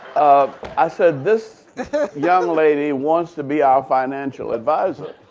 i said, this young lady wants to be our financial advisor.